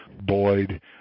Boyd